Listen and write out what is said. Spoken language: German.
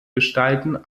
gestalten